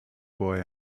boy